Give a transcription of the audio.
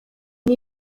ine